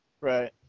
Right